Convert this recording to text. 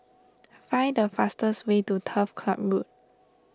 find the fastest way to Turf Club Road